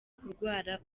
kurwara